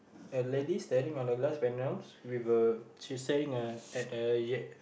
and a lady staring at the glass panels with uh she's staring at uh